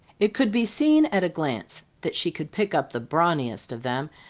it could be seen at a glance that she could pick up the brawniest of them,